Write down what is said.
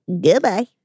Goodbye